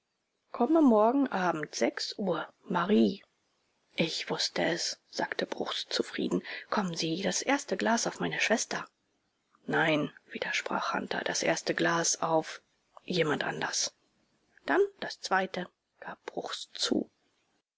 komme morgen abend sechs uhr marie ich wußte es sagte bruchs zufrieden kommen sie das erste glas auf meine schwester nein widersprach hunter das erste glas auf jemand anders dann das zweite gab bruchs zu